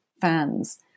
fans